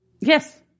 Yes